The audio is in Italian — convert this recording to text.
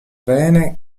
bene